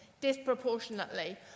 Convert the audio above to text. disproportionately